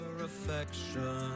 affection